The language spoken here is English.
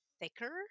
thicker